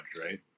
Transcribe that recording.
right